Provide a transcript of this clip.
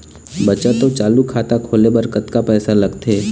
बचत अऊ चालू खाता खोले बर कतका पैसा लगथे?